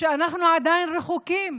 שאנחנו עדיין רחוקים